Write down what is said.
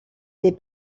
les